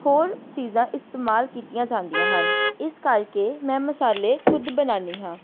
ਹੋਰ ਚੀਜ਼ਾਂ ਇਸਤੇਮਾਲ ਕੀਤੀਆਂ ਜਾਂਦੀਆਂ ਹਨ ਇਸ ਕਰਕੇ ਮੈਂ ਮਸਾਲੇ ਖੁਦ ਬਣਾਉਂਦੀ ਹਾਂ